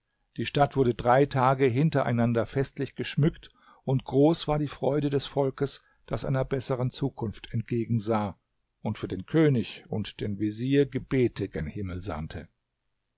die stadt wurde drei tage hintereinander festlich geschmückt und groß war die freude des volkes das einer besseren zukunft entgegen sah und für den könig und den vezier gebete gen himmel sandte